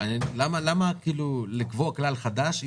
למה לקבוע כלל חדש?